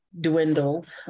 Dwindled